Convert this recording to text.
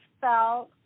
felt